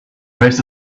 price